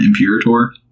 Imperator